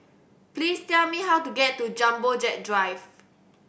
please tell me how to get to Jumbo Jet Drive